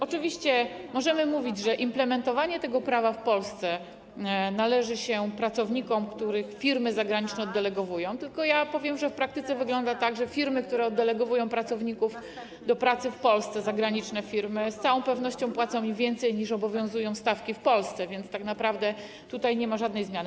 Oczywiście możemy mówić, że implementowanie tego prawa w Polsce należy się pracownikom, których firmy zagraniczne oddelegowują, tylko że w praktyce wygląda to tak, że firmy, które oddelegowują pracowników do pracy w Polsce, zagraniczne firmy, z całą pewnością płacą im więcej, niż wynikałoby to ze stawek obowiązujących w Polsce, więc tak naprawdę tutaj nie ma żadnej zmiany.